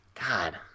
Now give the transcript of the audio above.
God